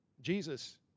Jesus